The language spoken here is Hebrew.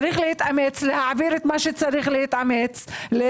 צריך להתאמץ להעביר את מה שצריך להעביר.